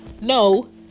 No